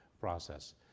process